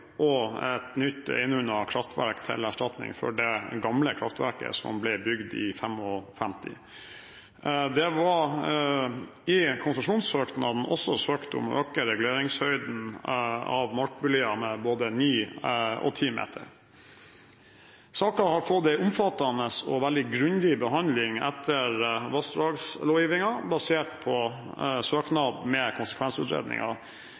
og et nytt Einunna kraftverk til erstatning for det gamle kraftverket som ble bygd i 1955. Det var i konsesjonssøknaden også søkt om å øke reguleringshøyden av Markbulia med både ni og ti meter. Saken har fått en omfattende og veldig grundig behandling etter vassdragslovgivingen basert på søknad med konsekvensutredninger,